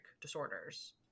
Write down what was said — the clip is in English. disorders